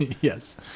Yes